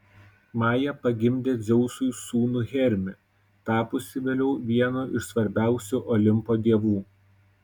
maja pagimdė dzeusui sūnų hermį tapusį vėliau vienu iš svarbiausių olimpo dievų